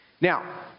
Now